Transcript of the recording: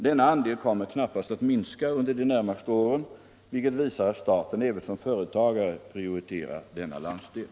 Denna andel kommer knappast att minska under de närmaste åren, vilket visar att staten även som företagare prioriterar denna landsdel.